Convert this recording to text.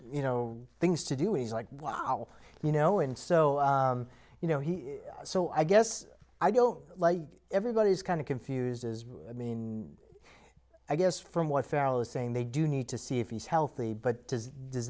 you know things to do is like wow you know and so you know he so i guess i don't like everybody is kind of confused as i mean i guess from what farah was saying they do need to see if he's healthy but does